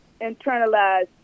internalize